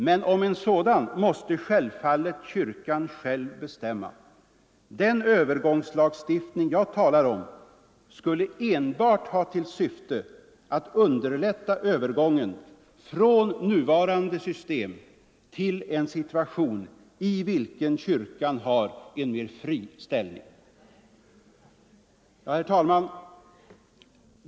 Men om en sådan måste självfallet kyrkan själv bestämma, den övergångslagstiftning jag talar om skulle enbart ha till syfte att underlätta övergången från nuvarande system till en situation i vilken kyrkan har en mer fri ställning.” Herr talman!